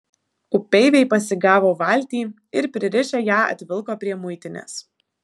upeiviai pasigavo valtį ir pririšę ją atvilko prie muitinės